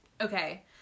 Okay